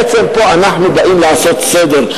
בעצם פה אנחנו באים לעשות סדר.